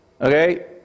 okay